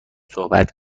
صحبت